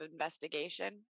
investigation